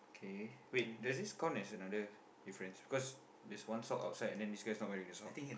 k wait does this count as another difference because there's one sock outside and this guy's not wearing a sock